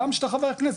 גם שאתה חבר כנסת,